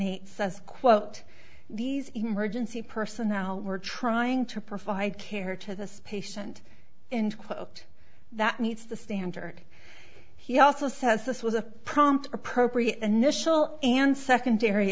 he says quote these emergency personnel were trying to provide care to this patient and quote that meets the standard he also says this was a prompt appropriate initial and secondary